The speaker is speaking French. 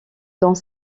dans